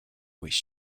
which